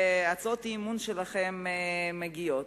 והצעות האי-אמון שלכם מגיעות.